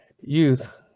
youth